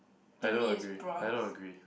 I don't agree I don't agree